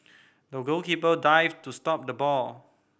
the goalkeeper dived to stop the ball